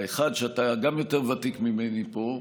האחד, שאתה יותר ותיק ממני פה,